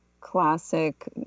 classic